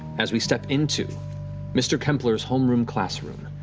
as we step into mr. kempler's homeroom classroom,